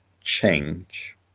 change